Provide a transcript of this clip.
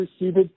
received